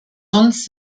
sonst